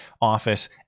office